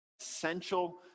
essential